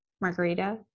margarita